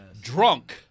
Drunk